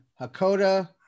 Hakoda